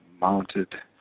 mounted